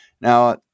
Now